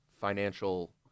financial